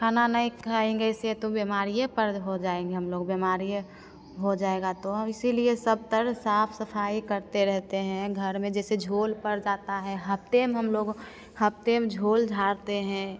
खाना नहीं खाएँगे ऐसे तो बेमारिए पड़ हो जाएँगे हम लोग बेमारिए हो जाएगा तो इसीलिए सब तरफ साफ सफाई करते रहते हैं घर में जैसे झोल पड़ जाता है हफ्ते में हमलोग हफ्ते में झोल झाड़ते हैं